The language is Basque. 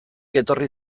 etorri